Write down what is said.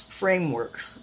framework